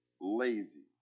lazy